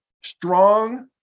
strong